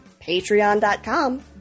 patreon.com